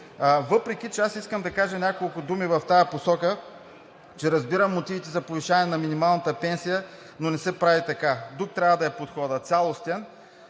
подкрепим. Аз искам да кажа няколко думи в тази посока, че разбирам мотивите за повишаване на минималната пенсия, но не се прави така. Друг трябва да е подходът – цялостен.